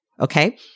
okay